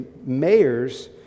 mayors